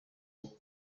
maboko